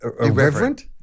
Irreverent